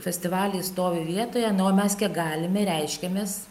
festivaliai stovi vietoje na o mes galime reiškiamės